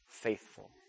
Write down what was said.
faithful